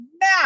now